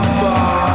far